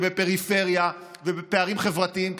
בפריפריה ובפערים חברתיים,